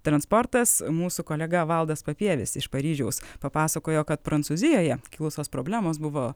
transportas mūsų kolega valdas papievis iš paryžiaus papasakojo kad prancūzijoje kilusios problemos buvo